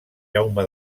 jaume